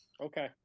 Okay